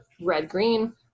red-green